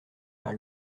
par